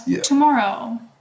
tomorrow